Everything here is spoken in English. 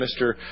mr